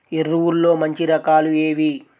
ఎరువుల్లో మంచి రకాలు ఏవి?